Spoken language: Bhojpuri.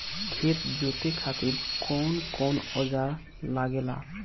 खेत जोते खातीर कउन कउन औजार लागेला?